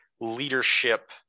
leadership